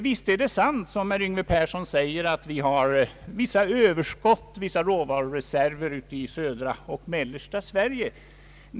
Visst är det sant, som herr Yngve Persson säger, att vi har vissa överskott på skog, vissa råvarureserver i södra och mellersta Sverige.